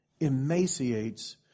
emaciates